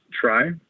try